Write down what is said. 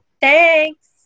Thanks